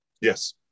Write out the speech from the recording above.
yes